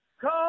Come